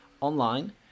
online